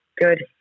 good